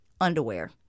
underwear